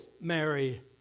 Mary